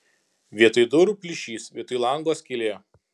vietoj durų plyšys vietoj lango skylė